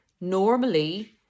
Normally